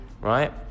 right